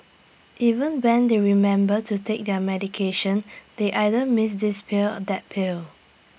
even when they remember to take their medication they either miss this pill that pill